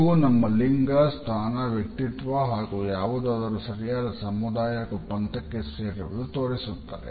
ಇವು ನಮ್ಮಲಿಂಗ ಸ್ಥಾನ ವ್ಯಕ್ತಿತ್ವ ಹಾಗು ಯಾವುದಾದರು ಸರಿಯಾದ ಸಮುದಾಯ ಹಾಗು ಪಂಥಕ್ಕೆಸೇರಿರುವುದು ತೋರಿಸುತ್ತದೆ